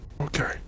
Okay